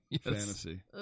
fantasy